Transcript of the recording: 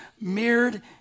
mirrored